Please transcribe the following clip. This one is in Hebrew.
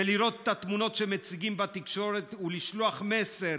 ולראות את התמונות שמציגים בתקשורת ולשלוח מסר: